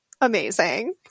Amazing